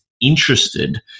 interested